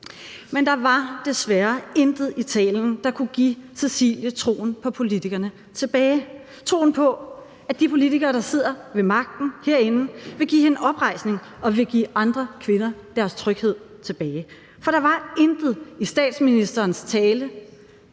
Men der var desværre intet i talen, der kunne give Cecilie troen på politikerne tilbage – troen på, at de politikere, der sidder ved magten herinde, vil give hende oprejsning og vil give andre kvinder deres tryghed tilbage. For der var intet i statsministerens tale,